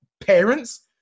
parents